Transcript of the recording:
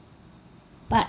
but